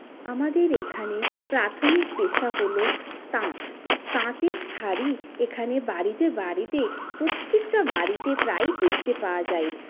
আমাদের এখানে প্রাথমিক পেশা হল তাঁত তাঁতের শাড়ি এখানে বাড়িতে বাড়িতে প্রত্যেকটা বাড়িতে প্রায়ই দেখতে পাওয়া যায়